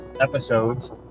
episodes